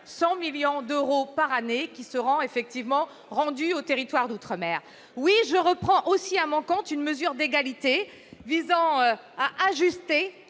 100 millions d'euros par an qui seront rendus aux territoires d'outre-mer. Oui, je reprends à mon compte une mesure d'égalité visant à ajuster